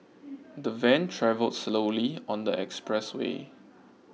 the van travelled slowly on the expressway